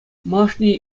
малашне